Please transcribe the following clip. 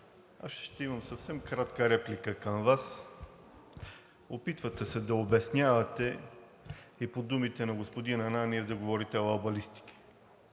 аз ще имам съвсем кратка реплика към Вас. Опитвате се да обяснявате и по думите на господин Ананиев да говорите алабалистики.